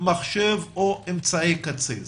מחשב או אמצעי קצה?